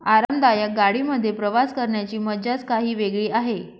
आरामदायक गाडी मध्ये प्रवास करण्याची मज्जाच काही वेगळी आहे